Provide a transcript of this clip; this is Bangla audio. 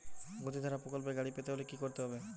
গতিধারা প্রকল্পে গাড়ি পেতে হলে কি করতে হবে?